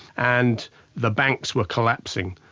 and the banks were collapsing.